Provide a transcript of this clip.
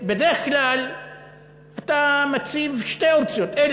בדרך כלל אתה מציב שתי אופציות.